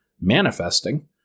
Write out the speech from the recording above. manifesting